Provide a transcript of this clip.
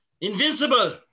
Invincible